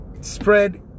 spread